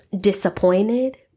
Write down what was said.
disappointed